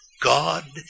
God